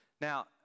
Now